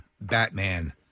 Batman